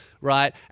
right